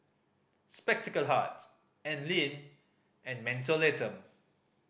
Spectacle Hut Anlene and Mentholatum